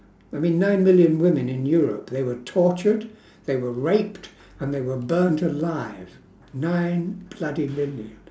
I mean nine million women in europe they were tortured they were raped and they were burnt alive nine bloody million